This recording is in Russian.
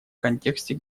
контексте